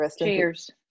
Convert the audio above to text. Cheers